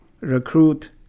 recruit